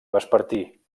vespertí